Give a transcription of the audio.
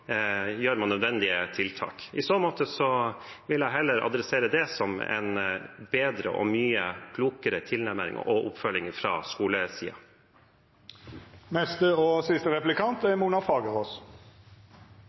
gjør man nødvendige tiltak. I så måte vil jeg heller adressere det som en bedre og mye klokere tilnærming og oppfølging fra skolesiden. VG har gjennom en serie artikler den siste